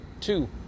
two